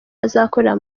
azakorera